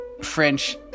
French